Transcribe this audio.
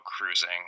cruising